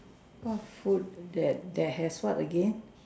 what food that that has what again